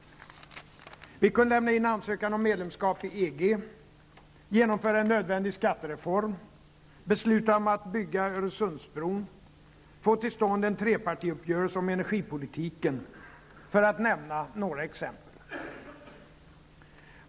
Vi kunde lämna in ansökan om medlemskap i EG, genomföra en nödvändig skattereform, besluta om att bygga Öresundsbron, få till stånd en trepartiuppgörelse om energipolitiken, för att nämna några exempel.